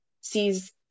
sees